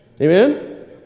Amen